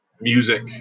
music